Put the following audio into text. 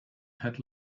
had